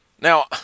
Now